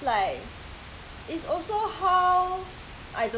yeah that's why lor